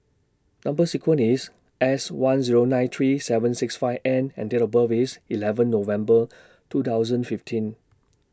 Number sequence IS S one Zero nine three seven six five N and Date of birth IS eleven November two thousand fifteen